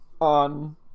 on